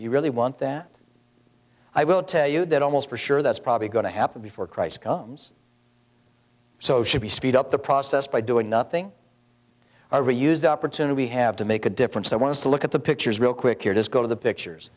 you really want that i will tell you that almost for sure that's probably going to happen before christ comes so should we speed up the process by doing nothing or use the opportunity have to make a difference i want to look at the pictures real quick here does go to the pictures